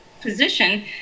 position